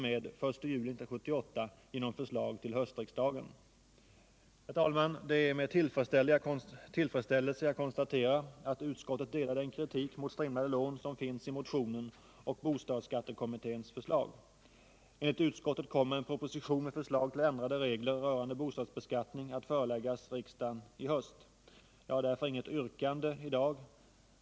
Det är med tillfredsställelse jag konstaterar att utskottet delar den kritik mot strimlade lån som finns i motionen och i bostadsskattekommilténs förslag. Enligt utskottet kommer en proposition med förslag till ändrade regler rörande bostadsbeskattning att föreläggas riksdagen i höst. Jag har därför inget yrkande i dag.